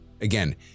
Again